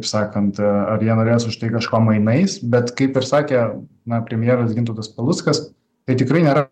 sakant ar jie norės už tai kažko mainais bet kaip ir sakė na premjeras gintautas paluckas tai tikrai nėra